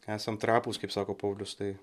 esam trapūs kaip sako paulius tai